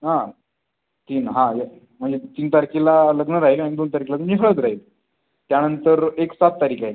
हां तीन हां हे म्हणजे तीन तारखेला लग्न राहील अन् दोन तारखेला नि हळद राहील त्यानंतर एक सात तारीख आहे